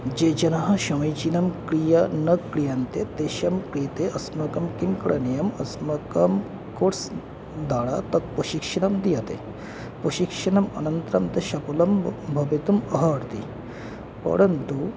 ये जनाः समीचीनं क्रीडा न क्रीड्यन्ते तेषां कृते अस्माकं किं करणीयम् अस्माकं कोर्स् द्वारा तत् प्रशिक्षणं दीयते प्रशिक्षणम् अनन्तरं तस्य कुलं भवितुम् अर्हति परन्तु